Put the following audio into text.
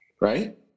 right